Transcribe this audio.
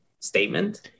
Statement